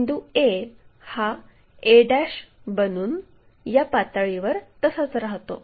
बिंदू a हा a बनून या पातळीवर तसाच राहतो